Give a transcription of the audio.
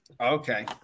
Okay